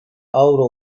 avro